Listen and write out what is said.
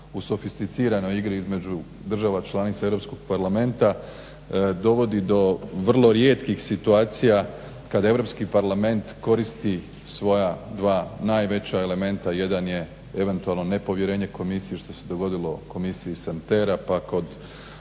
u sofisticiranoj igri između država članica Europskog parlamenta dovodi do vrlo rijetkih situacija kada Europski parlament koristi svoja dva najveća elementa, jedan je eventualno nepovjerenje komisije što se dogodilo komisiji Santera pa kod